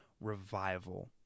revival